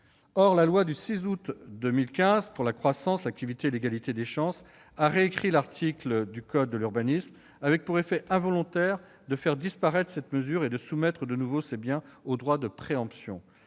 Or la loi du 6 août 2015 pour la croissance, l'activité et l'égalité des chances économiques a récrit un article du code de l'urbanisme avec pour effet involontaire de faire disparaître cette mesure et de soumettre de nouveau ces biens au droit de préemption.